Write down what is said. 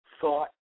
thought